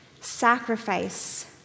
sacrifice